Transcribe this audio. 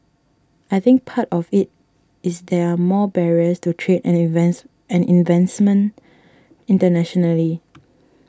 I think part of it is there are more barriers to trade and investment and investments internationally